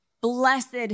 Blessed